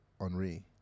Henri